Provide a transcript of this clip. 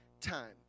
time